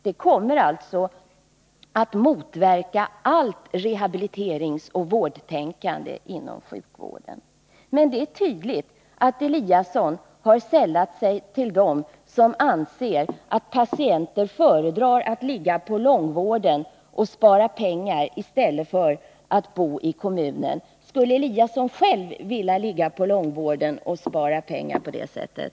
Det kommer att motverka allt rehabiliteringsoch vårdtänkande inom sjukvården. Men det är tydligt att Ingemar Eliasson har sällat sig till dem som anser att patienter föredrar att ligga på långvården och spara pengar i stället för att bo i kommunen. Skulle Ingemar Eliasson själv vilja ligga på långvården och spara pengar på det sättet?